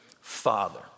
father